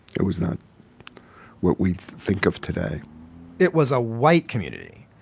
it was not what we think of today it was a white community,